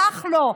נח לו,